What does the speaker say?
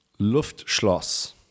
Luftschloss